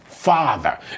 Father